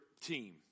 team